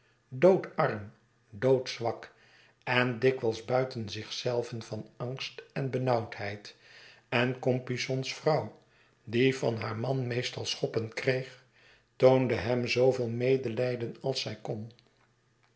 doodarm doodzwak en dikwijls buiten zich zelven van angst en benauwdheid en compeyson's vrouw die van haar man meestal schoppen kreeg toonde hem zooveel medelijden als zij kon